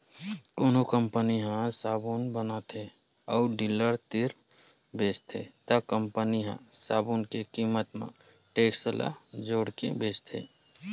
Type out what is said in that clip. कोनो कंपनी ह साबून बताथे अउ डीलर तीर बेचथे त कंपनी ह साबून के कीमत म टेक्स ल जोड़के बेचथे